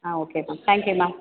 ah okay ma'am thank you ma'am